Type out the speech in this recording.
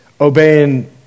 obeying